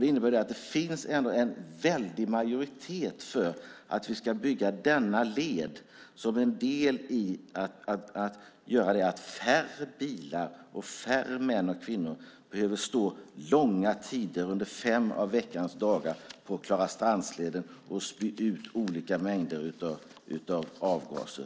Det betyder att det finns en stor majoritet för att vi ska bygga denna led som en del i att färre bilar under långa tider fem dagar i veckan ska behöva stå på Klarastrandsleden och spy ut mängder av avgaser.